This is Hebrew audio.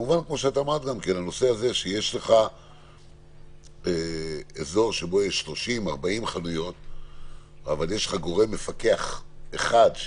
ברגע שיש לך באזור שיש בו 30,40 חנויות גורם מפקח אחד,